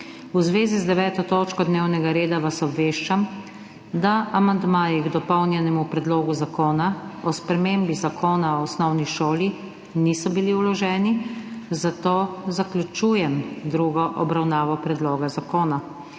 V zvezi z 9. točko dnevnega reda vas obveščam, da amandmaji k Dopolnjenemu predlogu zakona o spremembi Zakona o osnovni šoli niso bili vloženi, zato zaključujem drugo obravnavo predloga zakona.